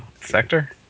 sector